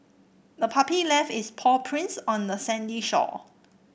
the puppy left its paw prints on the sandy shore